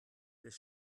des